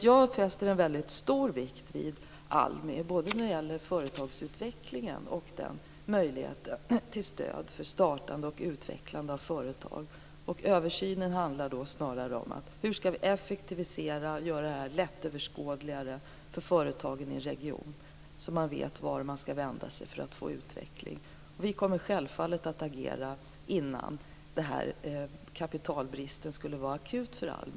Jag fäster mycket stor vikt vid ALMI, både när det gäller företagsutvecklingen och möjligheten till stöd för startande och utvecklande av företag. Och översynen handlar då snarare om hur vi skall effektivisera och göra detta lättöverskådligare för företagen i regionen, så att de vet vart de skall vända sig för att få utveckling. Vi kommer självfallet att agera innan denna kapitalbrist blir akut för ALMI.